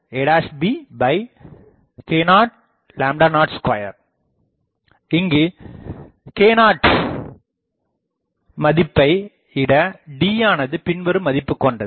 D64 a bk002 இங்கு k0 மதிப்பைஇட Dயானது பின்வரும் மதிப்பை கொண்டது